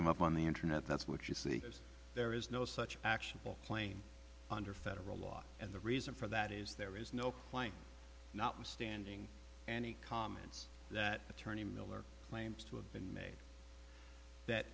him up on the internet that's what you see there is no such actionable claim under federal law and the reason for that is there is no notwithstanding any comments that attorney miller claims to have been made that